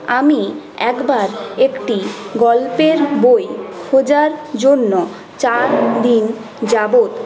আমি একবার একটি গল্পের বই খোঁজার জন্য চারদিন যাবত